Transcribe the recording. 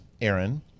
Aaron